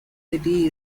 city